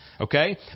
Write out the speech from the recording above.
Okay